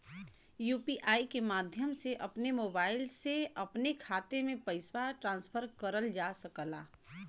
UPI के माध्यम से अपने मोबाइल से अपने खाते में पइसा ट्रांसफर करल जा सकला